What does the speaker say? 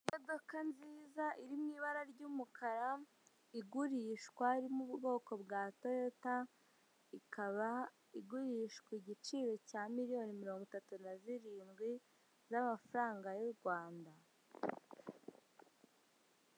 Imodoka nziza iri mu ibara ry'umukara igurishwa iri mu bwoko bwa toyota, ikaba igurishwa igiciro cya miliyoni mirongo itatu na zirindwi, z'amafaranga y'u Rwanda.